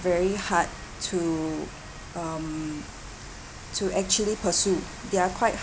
very hard to um to actually pursuit they are quite